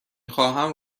خواهم